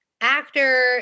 actor